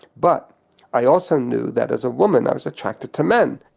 but i also knew that as a woman i was attracted to men.